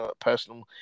personal